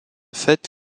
fait